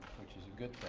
which is a good